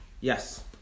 Yes